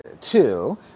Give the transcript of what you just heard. two